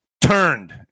Turned